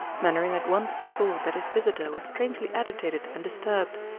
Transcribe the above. mainwaring at once saw that his visitor was strangely agitated and disturbed.